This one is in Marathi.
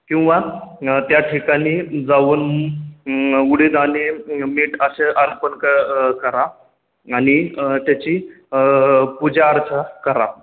किंवा त्या ठिकाणी जाऊन उडीद आणि मीठ असे अर्पण क करा आणि त्याची पूजा अर्चा करा